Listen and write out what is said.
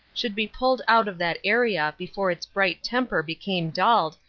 should be pulled out of that area before its bright temper became dulled,